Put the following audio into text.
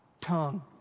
tongue